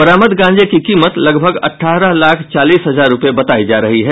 बरामद गांजे की कीमत लगभग अठारह लाख चालीस हजार रुपये बताई जा रही है